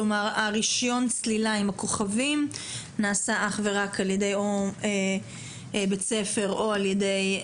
כלומר רישיון הצלילה עם הכוכבים נעשה אך ורק על-ידי בית ספר או על-ידי